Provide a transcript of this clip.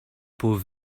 peaux